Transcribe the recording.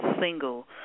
single